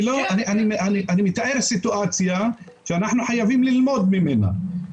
אני מתאר סיטואציה שאנחנו חייבים ללמוד ממנה,